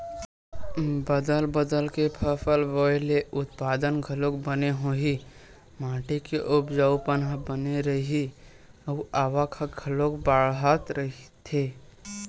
बदल बदल के फसल बोए ले उत्पादन घलोक बने होही, माटी के उपजऊपन ह बने रइही अउ आवक ह घलोक बड़ाथ रहीथे